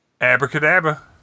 Abracadabra